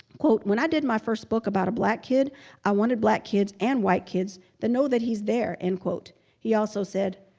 when i did my first book about a black kid i wanted black kids and white kids to know that he's there and he also said,